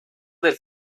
del